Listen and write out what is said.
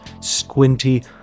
squinty